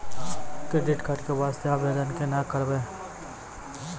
Credit card के वास्ते आवेदन केना करबै?